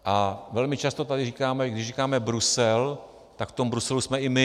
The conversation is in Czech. A velmi často tady říkáme, když říkáme Brusel, tak v tom Bruselu jsme i my.